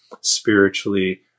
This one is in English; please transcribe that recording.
spiritually